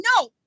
No